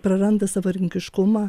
praranda savarankiškumą